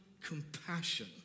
compassion